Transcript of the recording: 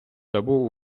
забув